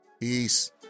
Peace